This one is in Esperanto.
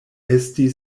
esti